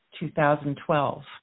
2012